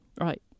Right